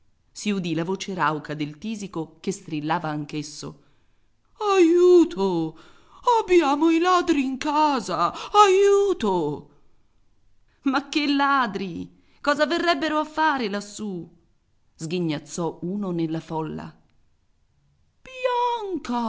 udì la voce rauca del tisico che strillava anch'esso aiuto abbiamo i ladri in casa aiuto ma che ladri cosa verrebbero a fare lassù sghignazzò uno nella folla